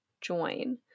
join